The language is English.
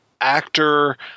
actor